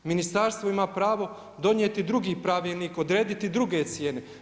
Ministarstvo ima pravo donijeti drugi pravilnik, odrediti druge cijene.